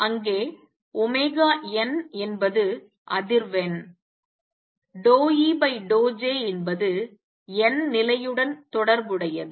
அங்கே n என்பது அதிர்வெண் ∂E∂J என்பது n நிலையுடன் தொடர்புடையது